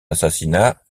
assassinat